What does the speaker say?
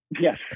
Yes